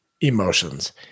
emotions